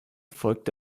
folgte